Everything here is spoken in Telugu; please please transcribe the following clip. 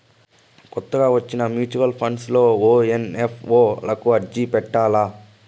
కొత్తగా వచ్చిన మ్యూచువల్ ఫండ్స్ లో ఓ ఎన్.ఎఫ్.ఓ లకు అర్జీ పెట్టల్ల